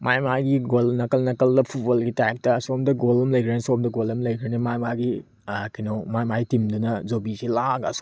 ꯃꯥꯒꯤ ꯃꯥꯒꯤ ꯒꯣꯜ ꯅꯥꯀꯜ ꯅꯥꯀꯜꯗ ꯐꯨꯠꯕꯣꯜꯒꯤ ꯇꯥꯏꯞꯇ ꯑꯁꯣꯝꯗ ꯒꯣꯜ ꯑꯃ ꯂꯩꯈ꯭ꯔꯅꯤ ꯁꯣꯝꯗ ꯒꯣꯜ ꯑꯃ ꯂꯩꯈ꯭ꯔꯅꯤ ꯃꯥꯒꯤ ꯃꯥꯒꯤ ꯀꯩꯅꯣ ꯃꯥꯒꯤ ꯃꯥꯒꯤ ꯇꯤꯝꯗꯨꯅ ꯌꯨꯕꯤꯁꯦ ꯂꯥꯛꯑꯒ ꯑꯁꯣꯝꯒꯤ ꯅꯥꯀꯜꯗ